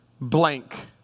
blank